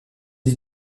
lie